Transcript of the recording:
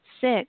Six